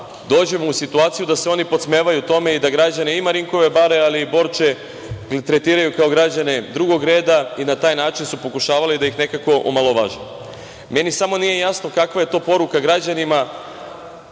dolazimo u situaciju da se oni podsmevaju tome i da građane i Marinkove bare, ali i Borče tretiraju kao građane drugog reda i na taj način su pokušavali da ih nekako omalovaže. Meni samo nije jasno kakva je to poruka građanima,